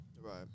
Right